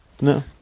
No